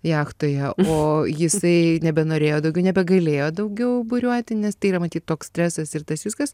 jachtoje o jisai nebenorėjo daugiau nebegalėjo daugiau buriuoti nes tai yra matyt toks stresas ir tas viskas